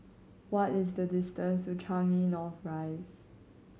what is the distance to Changi North Rise